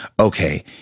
okay